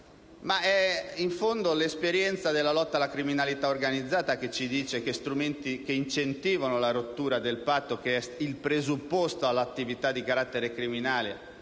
ma in fondo l'esperienza della lotta alla criminalità organizzata ci dice che strumenti che incentivano la rottura del patto, che è il presupposto dell'attività di carattere criminale,